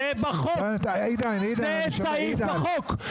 זה שגם הפצועים הפיזיים סובלים מפוסט